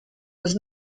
was